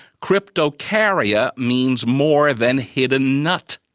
cryptocarya means more than hidden nut.